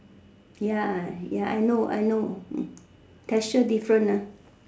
ya ya I know I know there is such different